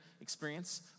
experience